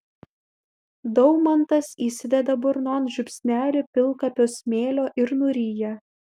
daumantas įsideda burnon žiupsnelį pilkapio smėlio ir nuryja